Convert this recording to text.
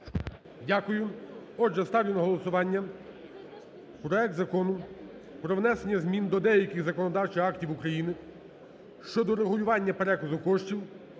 Дякую. Отже, ставлю на голосування проект Закону про внесення змін до деяких законодавчих актів України щодо регулювання переказу коштів